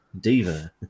Diva